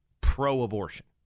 pro-abortion